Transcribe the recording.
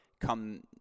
come